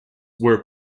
were